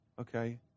okay